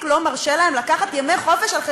כן.